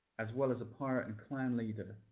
as well as a pirate and clan leader,